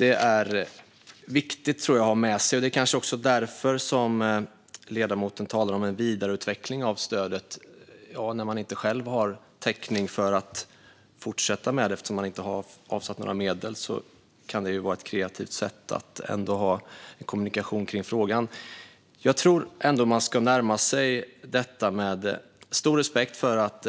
Det är viktigt att ha med sig. Det kanske är därför ledamoten talar om en vidareutveckling av stödet. Ja, när man inte själv har täckning för ett fortsatt stöd eftersom man inte avsatt några medel kan ju detta vara ett kreativt sätt att ändå ha en kommunikation om frågan. Jag tror ändå att man ska närma sig frågan med stor respekt för att